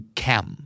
cam